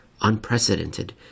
unprecedented